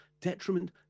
detriment